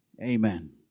amen